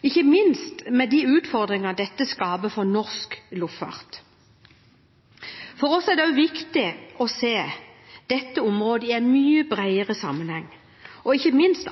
og ikke minst med de utfordringene dette skaper for norsk luftfart. For oss er det viktig å se dette området i en mye bredere sammenheng, og ikke minst